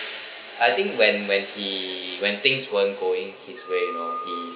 I think when when he when things weren't going his way you know he